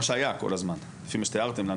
מה שהיה כל הזמן לפי מה שתיארתם לנו,